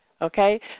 okay